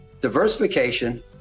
diversification